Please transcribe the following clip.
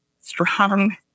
strong